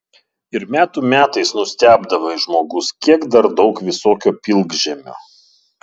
ir metų metais nustebdavai žmogus kiek dar daug visokio pilkžemio